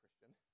Christian